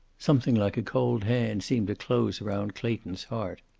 something like a cold hand seemed to close round clayton's heart.